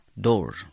door